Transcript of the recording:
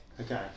Okay